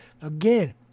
again